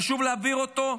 חשוב להעביר אותו,